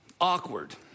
awkward